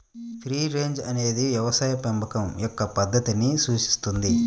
free range అనేది వ్యవసాయ పెంపకం యొక్క పద్ధతిని సూచిస్తుంది